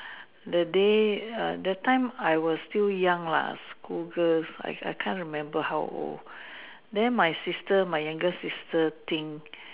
the day err the time I was still young lah school girl I I can't remember how old then my sister my younger sister think